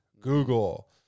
Google